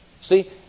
See